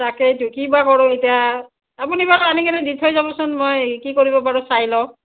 তাকেইতো কি বা কৰোঁ এতিয়া আপুনি বাৰু আনিকেনে দি থৈ যাবচোন মই কি কৰিব পাৰোঁ চাই লওঁ